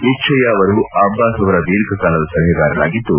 ಇಶ್ತಯ್ಲ ಅವರು ಅಬ್ಲಾಸ್ ಅವರ ಧೀರ್ಘಕಾಲದ ಸಲಹೆಗಾರರಾಗಿದ್ದು